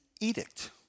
edict